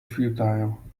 futile